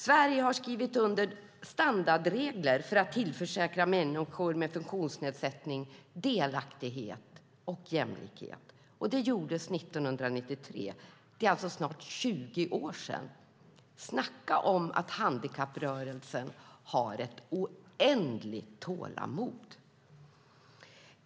Sverige har skrivit under standardregler för att tillförsäkra människor med funktionsnedsättning delaktighet och jämlikhet. Det gjordes 1993 - det är alltså snart 20 år sedan. Snacka om att handikapprörelsen har ett oändligt tålamod.